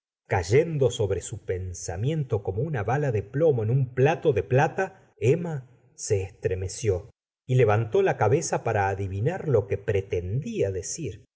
cayendo sobre su pensamiento como una bala de plomo en un plato de plata emma se estremeció y levantó la cabeza para adivinar lo que pretendía decir